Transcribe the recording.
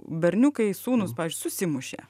berniukai sūnūs susimušė